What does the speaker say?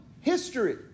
history